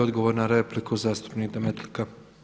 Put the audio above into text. Odgovor na repliku zastupnik Demetlika.